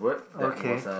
okay